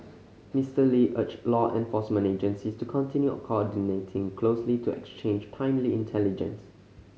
Mister Lee urged law enforcement agencies to continue coordinating closely to exchange timely intelligence